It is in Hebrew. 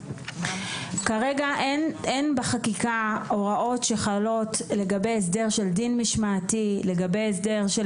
כרגע אין בחקיקה הוראות שחלות לגבי הסדר של דין משמעתי לגבי הסדר של